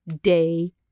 day